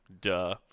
duh